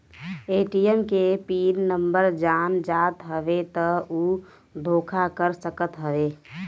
ATM के pin number जान जात हवे तब उ धोखा कर सकत हवे